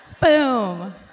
Boom